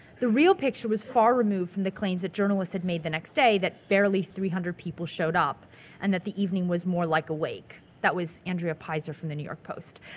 the real picture was far removed from the claims that journalists had made the next day that barely three hundred people showed up and that the evening was more like a wake that was andrea peyser from the new york post.